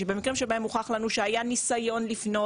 שבמקרים שבהם הוכח לנו שהיה ניסיון לפנות